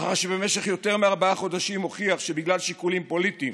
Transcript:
לאחר שבמשך יותר מארבעה חודשים הוכיח שבגלל שיקולים פוליטיים